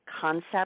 concept